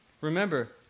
Remember